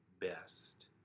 best